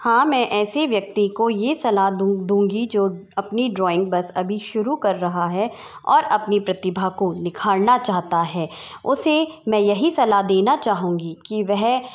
हाँ मैं ऐसे व्यक्ति को ये सलाह दूँ दूँगी जो अपनी ड्रॉइंग बस अभी शुरू कर रहा है और अपनी प्रतिभा को निखारना चाहता है उसे मैं यही सलाह देना चाहूँगी कि वह